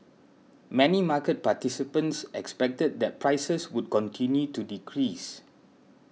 many market participants expected that prices would continue to decrease